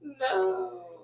No